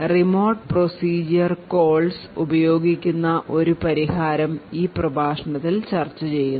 Remote Procedure Calls ഉപയോഗിക്കുന്ന ഒരു പരിഹാരം ഈ പ്രഭാഷണത്തിൽ ചർച്ചചെയ്യുന്നു